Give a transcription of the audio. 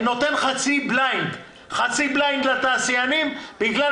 אני נותן חצי בליינד לתעשיינים בגלל